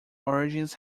origins